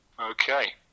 Okay